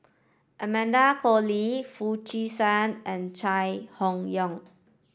Amanda Koe Lee Foo Chee San and Chai Hon Yoong